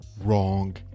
wrong